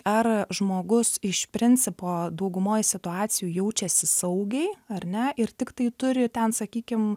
ar žmogus iš principo daugumoj situacijų jaučiasi saugiai ar ne ir tiktai turi ten sakykim